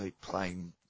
playing